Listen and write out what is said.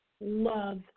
love